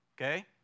Okay